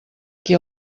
qui